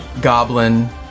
goblin